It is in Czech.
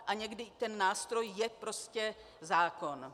A někdy je nástroj prostě zákon.